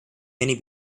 many